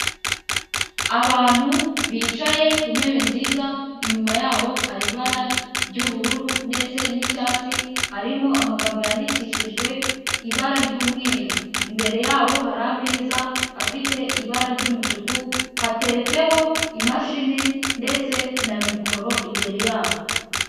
Abantu bicaye ku ntebe nziza inyuma yabo hari ibara ry'ubururu ndetse n'icyatsi, harimo amagambo yandikishijwe ibara ry'umweru. Imbere yabo hari ameza afite ibara ry'umutuku, hateretseho imashini ndetse na mikoro imbere yabo.